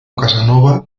casanova